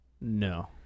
No